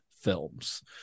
films